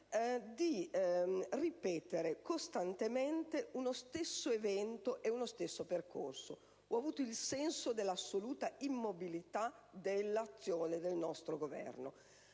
sta ripetendo costantemente uno stesso evento e uno stesso percorso; ho avuto il senso dell'assoluta immobilità dell'azione del Governo.